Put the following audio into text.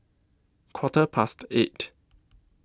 Quarter Past eight